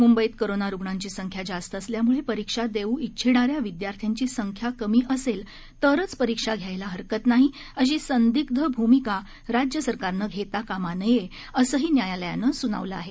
मुंबईत कोरोना रुग्णांची संख्या जास्त असल्यामुळे परीक्षा देऊ इच्छिणाऱ्या विद्यार्थ्यांची संख्या कमी असेल तरच परीक्षा घ्यायला हरकत नाही अशी संदिग्ध भूमिका राज्य सरकारनं घेता कामा नये असही न्यायालयानं सुनावलं आहे